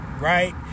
right